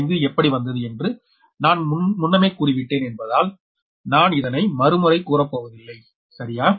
25 எப்படி வந்தது என்று நான் முன்னமே கூறிவிட்டான் என்பதால் நான் இதனை மறுமுறை கூறப்போவதில்லை சரியா